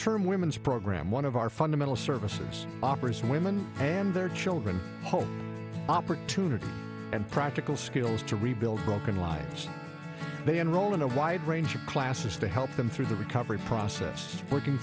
term women's program one of our fundamental services opera's women and their children home opportunities and practical skills to rebuild broken lives they enroll in a wide range of classes to help them through the recovery process working